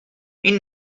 این